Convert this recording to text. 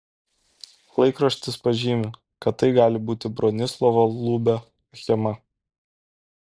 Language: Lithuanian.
laikraštis pažymi kad tai gali būti bronislovo lubio achema